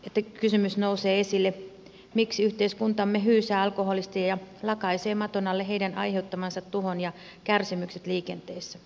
tuntuukin että nousee esille kysymys miksi yhteiskuntamme hyysää alkoholisteja ja lakaisee maton alle heidän aiheuttamansa tuhon ja kärsimykset liikenteessä